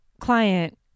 client